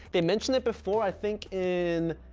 they mention it before i think in,